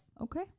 Okay